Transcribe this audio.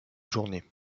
journée